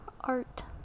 art